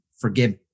forgive